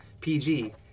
PG